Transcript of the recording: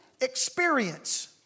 experience